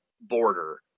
border